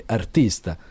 artista